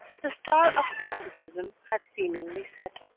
the star of classicism had seemingly set.